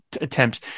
attempts